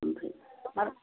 ओमफ्राय मा